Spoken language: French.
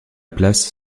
place